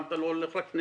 למה אתה לא הולך לכנסת?